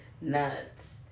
nuts